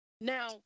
Now